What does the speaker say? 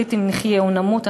שמחליט אם נחיה או נמות,